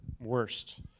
Worst